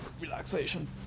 relaxation